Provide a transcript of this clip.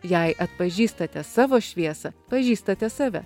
jei atpažįstate savo šviesą pažįstate save